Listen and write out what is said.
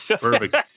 Perfect